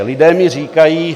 Lidé mi říkají...